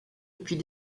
depuis